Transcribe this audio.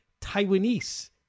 Taiwanese